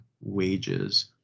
wages